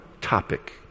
topic